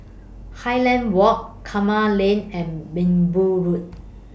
Highland Walk Kramat Lane and Minbu Road